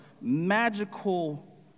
magical